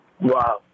Wow